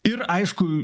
ir aišku